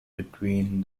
between